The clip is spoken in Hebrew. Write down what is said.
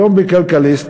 היום ב"כלכליסט",